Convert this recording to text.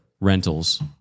rentals